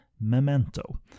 Memento